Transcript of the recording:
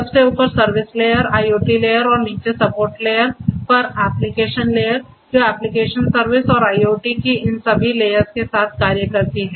सबसे ऊपर service layer IoT layer और नीचे सपोर्ट लेयर पर एप्लिकेशन लेयर जो एप्लीकेशन सर्विस और IoT की इन सभी लेयर्स के साथ कार्य करती है